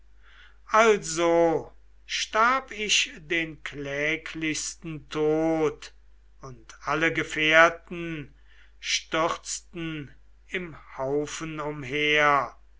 also starb ich den kläglichsten tod und alle gefährten stürzten im haufen umher